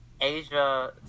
Asia